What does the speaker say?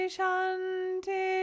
Shanti